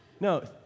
No